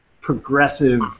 progressive